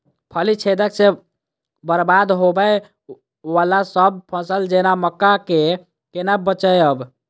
फली छेदक सँ बरबाद होबय वलासभ फसल जेना मक्का कऽ केना बचयब?